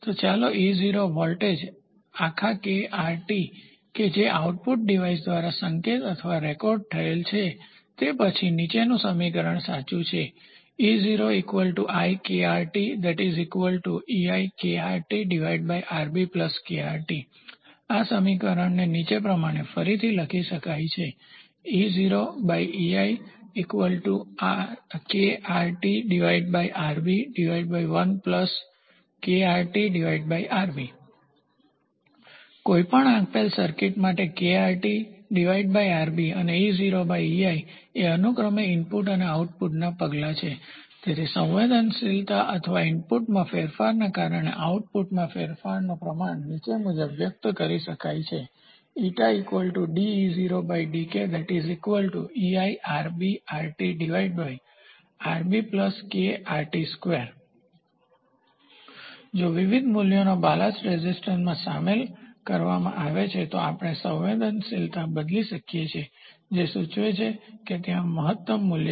ચાલો e0 voltage આખા kRt transducer કે જે આઉટપુટ ડિવાઇસ દ્વારા સંકેત અથવા રેકોર્ડ થયેલ છે તે પછી નીચેનું સમીકરણ સાચું છે આ સમીકરણ નીચે પ્રમાણે ફરીથી લખી શકાય છે કોઈપણ આપેલ સર્કિટ માટે kRt Rb અને e0ei એ અનુક્રમે ઇનપુટ અને આઉટપુટનાં પગલાં છે સંવેદનશીલતા અથવા ઇનપુટમાં ફેરફારના આઉટપુટમાં ફેરફારનું પ્રમાણ નીચે મુજબ વ્યક્ત કરી શકાય છે જો વિવિધ મૂલ્યોનો બાલ્સ્ટ રેઝિસ્ટન્સ શામેલ કરવામાં આવે છે તો આપણે સંવેદનશીલતા બદલી શકીએ છીએ જે સૂચવે છે કે ત્યાં મહત્તમ મૂલ્ય છે